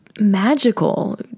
magical